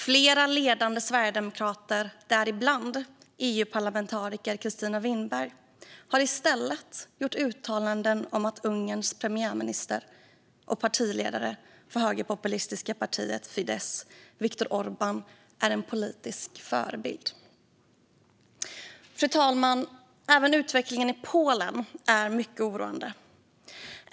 Flera ledande sverigedemokrater, däribland EU-parlamentarikern Kristina Winberg, har i stället gjort uttalanden om att Ungerns premiärminister och partiledare för det högerpopulistiska partiet Fidesz, Viktor Orbán, är en politisk förebild. Fru talman! Även utvecklingen i Polen är mycket oroande.